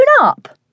up